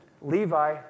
Levi